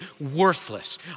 worthless